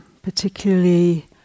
Particularly